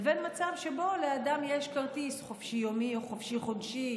לבין מצב שבו לאדם יש כרטיס חופשי-יומי או חופשי-חודשי,